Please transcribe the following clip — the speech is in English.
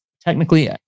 technically